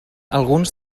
alguns